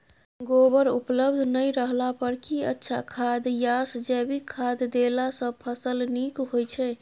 गोबर उपलब्ध नय रहला पर की अच्छा खाद याषजैविक खाद देला सॅ फस ल नीक होय छै?